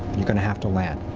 you're gonna have to land.